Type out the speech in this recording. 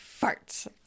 farts